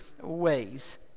ways